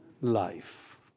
life